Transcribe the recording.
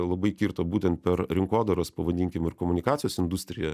labai kirto būtent per rinkodaros pavadinkim ir komunikacijos industriją